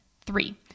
Three